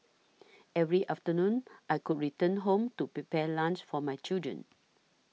every afternoon I could return home to prepare lunch for my children